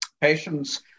patients